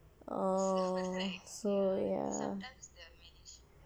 oh so ya